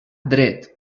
dret